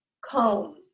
Comb